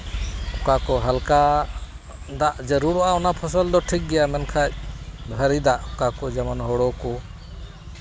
ᱚᱠᱟ ᱠᱚ ᱦᱟᱞᱠᱟ ᱫᱟᱜ ᱡᱟᱹᱨᱩᱲᱚᱜᱼᱟ ᱚᱱᱟ ᱯᱷᱚᱥᱚᱞ ᱫᱚ ᱴᱷᱤᱠ ᱜᱮᱭᱟ ᱢᱮᱱᱠᱷᱟᱱ ᱵᱷᱟᱹᱨᱤ ᱫᱟᱜ ᱚᱠᱟ ᱠᱚ ᱡᱮᱢᱚᱱ ᱦᱩᱲᱩ ᱠᱚ